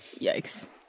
Yikes